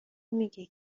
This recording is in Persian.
میگه